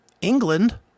england